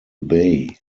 bay